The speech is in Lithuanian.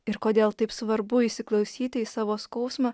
ir kodėl taip svarbu įsiklausyti į savo skausmą